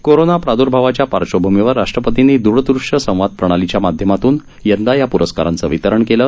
corona प्राद्भावाच्या पार्श्वभूमीवर राष्ट्रपतींनी दुरदृष्य संवाद प्रणालीच्या माध्यमातून यंदा या प्रस्कारांचं वितरण केलं